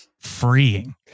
freeing